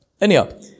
Anyhow